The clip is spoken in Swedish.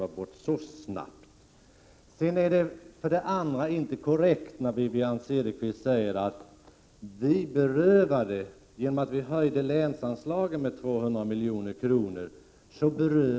26 maj 1988 Det är inte korrekt av Wivi-Anne Cederqvist att säga att vi berövade länet 3 LT — pengar genom att vi höjde länsanslaget med 200 milj.kr.